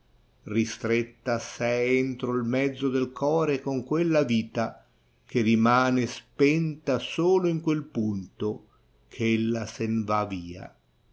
ristretta s'è entro il mezzo del core con quella vita che rimane spenta solo in quel ponto eh ella sen